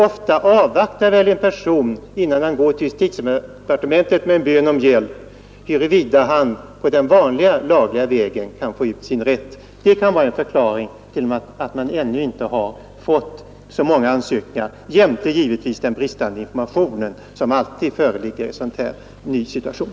Ofta avvaktar väl en person, innan han går till justitiedepartementet med bön om hjälp, huruvida han på den vanliga lagliga vägen kan få ut sin rätt. Det kan vara en förklaring till att man ännu inte fått så många ansökningar — jämte givetvis den bristande information som alltid föreligger i en sådan här ny situation.